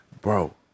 Bro